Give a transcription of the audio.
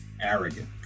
Arrogant